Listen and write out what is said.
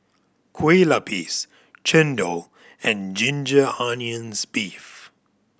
Kueh Lapis chendol and ginger onions beef